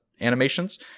animations